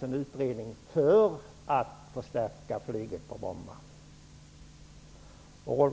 en utredning tillsattes för att förstärka flyget på Bromma.